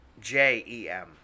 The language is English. J-E-M